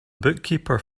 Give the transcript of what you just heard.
bookkeeper